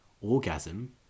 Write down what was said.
orgasm